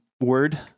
word